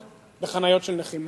בחניות של נכים.